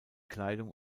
kleidung